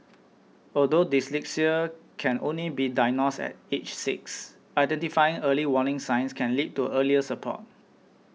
although dyslexia can only be diagnosed at age six identifying early warning signs can lead to earlier support